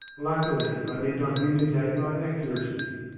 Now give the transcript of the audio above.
luckily i need not vindicate my accuracy.